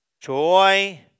joy